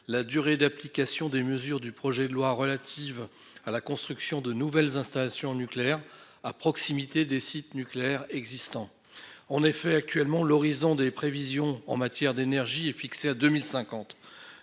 la période d'application des mesures du projet de loi relatives à la construction de nouvelles installations nucléaires à proximité des sites nucléaires existants. Actuellement, en effet, l'horizon des prévisions en matière d'énergie est fixé à